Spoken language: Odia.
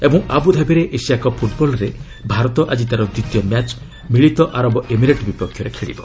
ଏବଂ ଆବୁଧାବିରେ ଏସିଆକପ୍ ଫୁଟବଲ୍ରେ ଭାରତ ଆଜି ତାର ଦ୍ୱିତୀୟ ମ୍ୟାଚ୍ ମିଳିତ ଆରବ ଏମିରେଟ୍ ବିପକ୍ଷରେ ଖେଳିବ